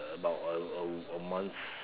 about a a a month